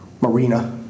Marina